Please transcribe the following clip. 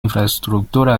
infraestructura